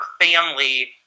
family